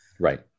Right